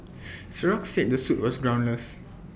Xerox said the suit was groundless